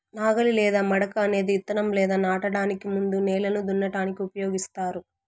నాగలి లేదా మడక అనేది ఇత్తనం లేదా నాటడానికి ముందు నేలను దున్నటానికి ఉపయోగిస్తారు